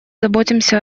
заботимся